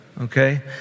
Okay